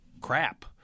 crap